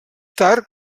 tard